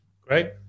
Great